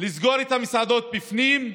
לסגור את המסעדות בפנים,